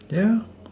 yeah